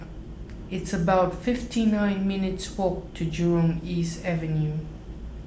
it's about fifty nine minutes' walk to Jurong East Avenue